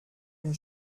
une